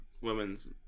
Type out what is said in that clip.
women's